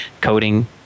coding